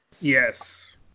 Yes